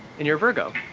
and you're a virgo?